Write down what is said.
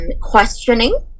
questioning